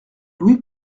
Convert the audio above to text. louis